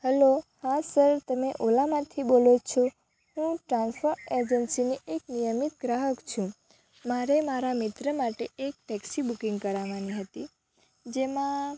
hello હા sir તમે ઓલામાંથી બોલો છો હું ટ્રાન્સફર એજન્સીની એક નિયમિત ગ્રાહક છું મારે મારા મિત્ર માટે એક ટેક્સી બુકિંગ કરાવવાની હતી જેમાં